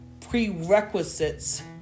prerequisites